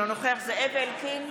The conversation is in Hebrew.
אינו נוכח זאב אלקין,